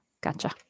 Gotcha